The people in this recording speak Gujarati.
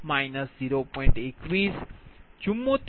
02 0